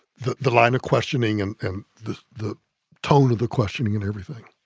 the the line of questioning and and the the tone of the questioning and everything.